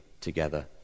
together